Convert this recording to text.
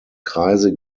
kreise